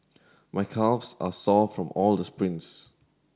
my calves are sore from all the sprints